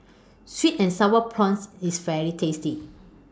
Sweet and Sour Prawns IS very tasty